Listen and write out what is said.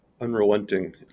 unrelenting